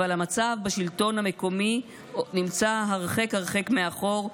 אבל המצב בשלטון המקומי נמצא הרחק הרחק מאחור,